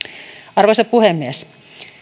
arvoisa puhemies